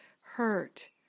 hurt